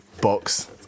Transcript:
box